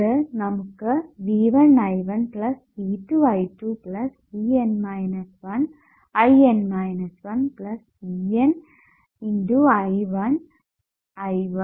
ഇത് നമുക്ക് V1I1 V2I2 VN 1IN 1 VN× I1I2